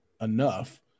enough